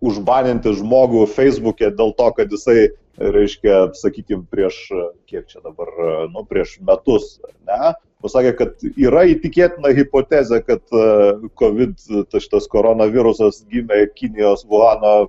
užbaninti žmogų feisbuke dėl to kad jisai reiškia sakykim prieš kiek čia dabar nu prieš metus ne pasakė kad yra įtikėtina hipotezė kad kovid šitas corona virusas gimė kinijos volano